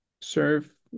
serve